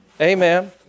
Amen